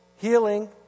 healing